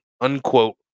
unquote